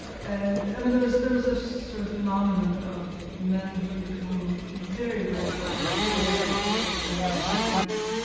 and i mean there was there was this sort of phenomenon of men who had become very, very wealthy, very, very quickly, in the nineteen ninety s,